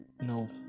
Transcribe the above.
no